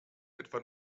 etwa